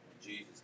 jesus